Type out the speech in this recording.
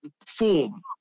form